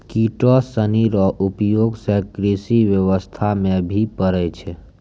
किटो सनी रो उपयोग से कृषि व्यबस्था मे भी पड़ै छै